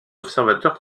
observateurs